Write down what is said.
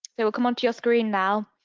it will come onto your screen now,